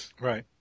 Right